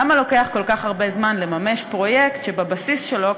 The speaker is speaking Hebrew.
למה לוקח כל כך הרבה זמן לממש פרויקט שהבסיס שלו,